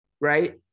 right